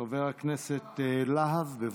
חבר הכנסת להב, בבקשה.